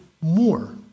more